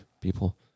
people